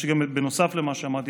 נוסף למה שאמרתי,